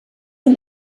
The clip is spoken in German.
und